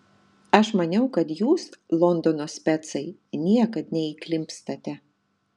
aš maniau kad jūs londono specai niekad neįklimpstate